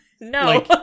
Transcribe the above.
No